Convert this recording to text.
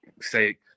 say